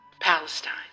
Palestine